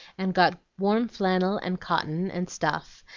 and got warm flannel and cotton and stuff,